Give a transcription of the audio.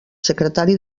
secretari